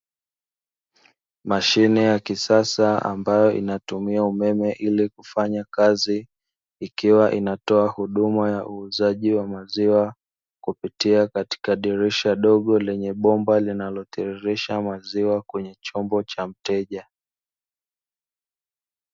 Mashine ya kisasa ambayo inatumia umeme ili kufanya kazi, ikiwa inatoa huduma ya uuzaji wa maziwa. Kupitia katika dirisha dogo lenye bomba, linalotiririsha maziwa kwenye chombo cha mteja.